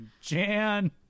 Jan